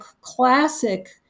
classic